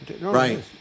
Right